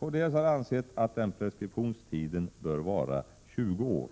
Kds har ansett att den preskriptionstiden bör vara 20 år.